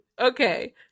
Okay